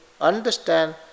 understand